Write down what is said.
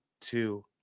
two